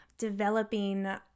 Developing